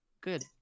Good